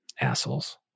assholes